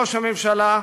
ראש הממשלה,